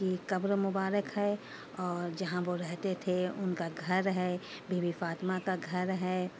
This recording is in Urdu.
کی قبر مبارک ہے اور جہاں وہ رہتے تھے ان کا گھر ہے بی بی فاطمہ کا گھر ہے